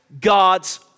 God's